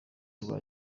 rwa